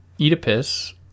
Oedipus